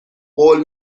قول